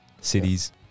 cities